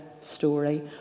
story